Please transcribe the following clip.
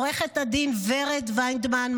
לעו"ד ורד וינדמן,